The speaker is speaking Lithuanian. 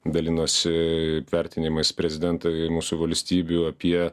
dalinosi vertinimais prezidento ir mūsų valstybių apie